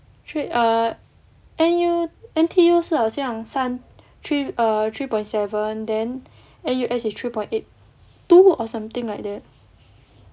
err N_T_U 是好像三 three err three point seven then N_U_S is three point eight two or something like that